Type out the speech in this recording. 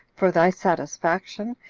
for thy satisfaction,